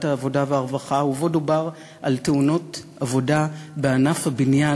העבודה והרווחה ובו דובר על תאונות עבודה בענף הבניין.